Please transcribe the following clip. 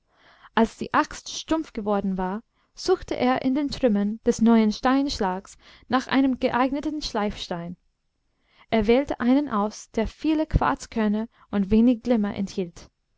als die axt stumpf geworden war suchte er in den trümmern des neuen steinschlags nach einem geeigneten schleifstein er wählte einen aus der viele quarzkörner und wenig glimmer enthielt